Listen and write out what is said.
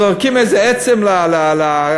זורקים איזה עצם לכלבים